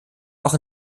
auch